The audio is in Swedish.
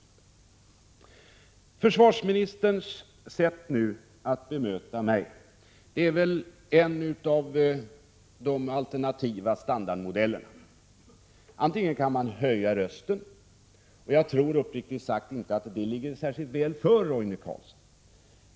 Försvarsministerns sätt att bemöta mig tillhör väl de alternativa standardmodellerna. En modell är att höja rösten, och jag tror uppriktigt sagt inte att det ligger för Roine Carlsson att göra på det sättet.